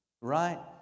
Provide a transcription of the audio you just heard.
Right